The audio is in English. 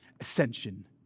ascension